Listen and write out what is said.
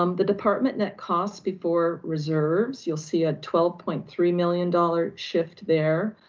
um the department net costs before reserves, you'll see a twelve point three million dollars shift there.